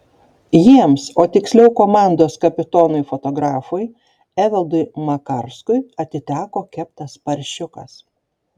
jiems o tiksliau komandos kapitonui fotografui evaldui makarskui atiteko keptas paršiukas